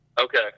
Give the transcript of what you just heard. Okay